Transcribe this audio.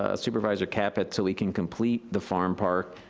ah supervisor caput, so we can complete the farm park,